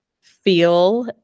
feel